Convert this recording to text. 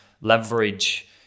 leverage